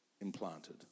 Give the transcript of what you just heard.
implanted